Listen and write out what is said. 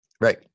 Right